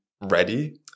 ready